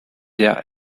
der